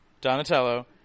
Donatello